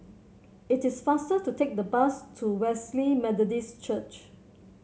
it is faster to take the bus to Wesley Methodist Church